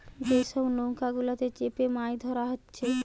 যে সব নৌকা গুলাতে চেপে মাছ ধোরা হচ্ছে